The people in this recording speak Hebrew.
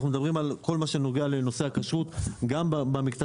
אנחנו מדברים על נושא הכשרות גם במקטע